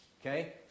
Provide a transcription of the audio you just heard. Okay